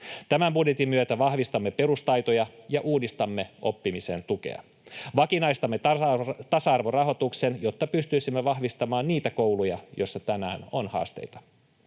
Tämän budjetin myötä vahvistamme perustaitoja ja uudistamme oppimisen tukea. Vakinaistamme tasa-arvorahoituksen, jotta pystyisimme vahvistamaan niitä kouluja, joissa tänään on haasteita.